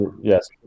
yes